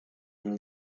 nel